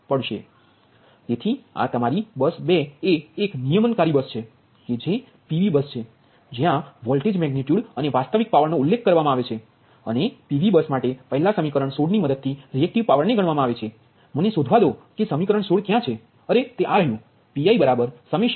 તેથી આ તમારી બસ 2 એ એક નિયમનકારી બસ છે કે જે PV બસ છે જયાં વોલ્ટેજ મેગનિટ્યુડ અને વાસ્તવિક પાવરનો ઉલ્લેખ કરવામાં આવે છે અને PV બસ માટે પહેલા સમીકરણ 16 ની મદદથી રીએક્ટીવ પાવરને ગણવામાં આવે છે મને શોધવા દો કે સમીકરણ 16 ક્યાં છે અરે તે આ રહ્યુ